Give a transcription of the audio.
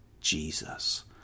Jesus